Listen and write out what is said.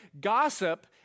Gossip